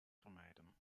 vermijden